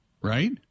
Right